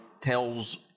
tells